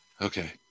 Okay